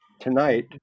tonight